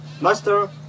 Master